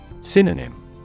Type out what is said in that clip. Synonym